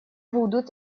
будут